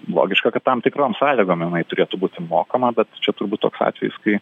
logiška kad tam tikrom sąlygom jinai turėtų būti mokama bet čia turbūt toks atvejis kai